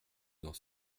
dans